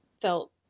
felt